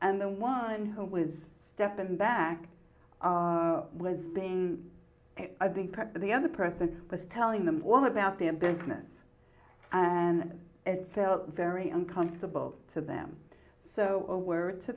and the one who was stepping back was i think the other person was telling them all about their business and it felt very uncomfortable to them so a word to